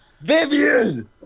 Vivian